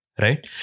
right